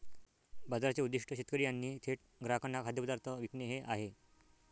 बाजाराचे उद्दीष्ट शेतकरी यांनी थेट ग्राहकांना खाद्यपदार्थ विकणे हे आहे